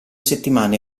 settimane